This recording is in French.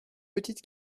petite